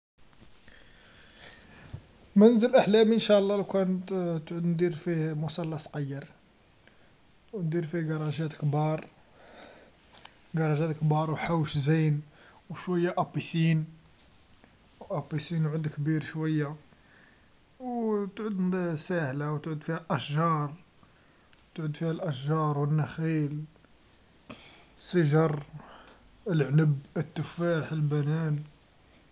منزل أحلامي إنشاء الله لوكان ت-تعود ندير فيه مصلى صقير و ندير فيه قاراجات كبار، قراجات كبار و حوش زين و شويا أبيسين و أبيسين يعود كبير شويا و تعود ساهله و تعود فيها أشجار، تعود فيها الأشجار و النخيل و سجر العنب التفاح البانان.